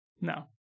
No